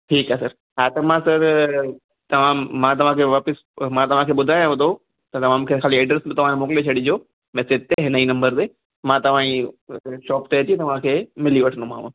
ठीकु आहे सर हा त मां सर तव्हां मां तव्हांखे वापिसि मां तव्हांखे ॿुधायांव थो त तव्हां मूंखे ख़ाली एड्रेस तव्हांजे मोकिले छॾिजो मैसेज ते हिन ई नम्बर ते मां तव्हांजी शॉप ते अची तव्हांखे मिली वठंदोमाव